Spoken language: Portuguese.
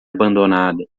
abandonada